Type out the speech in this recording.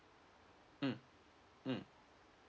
mm mm